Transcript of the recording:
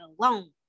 alone